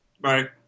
bye